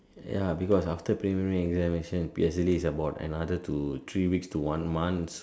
ya because after preliminary examination P_S_L_E is about another to three weeks to one month